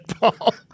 Paul